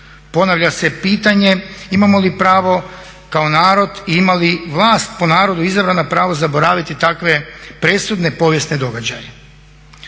Ponavlja se pitanje imamo li pravo kao narod i ima li vlast po narodu izabrana pravo zaboraviti takve presudne povijesne događaje.